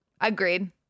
agreed